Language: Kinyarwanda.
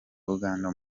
uganda